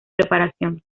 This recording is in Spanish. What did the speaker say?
preparación